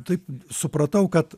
taip supratau kad